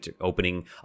opening